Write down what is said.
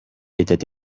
était